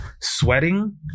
sweating